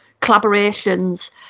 collaborations